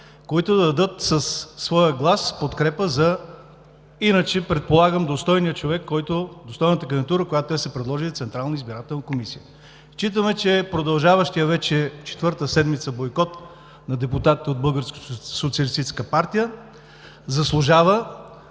които да дадат със своя глас в подкрепа на иначе, предполагам, достойния човек и достойна кандидатура, която са предложили в Централната избирателна комисия. Считаме, че продължаващият вече четвърта седмица бойкот на депутатите от „Българската